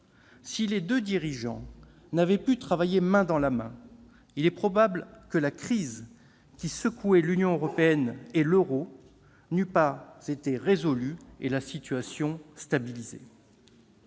Si les deux dirigeants n'avaient pas pu travailler main dans la main, il est probable que la crise qui secouait l'Union européenne et l'euro n'eût pas été résolue ni la situation stabilisée.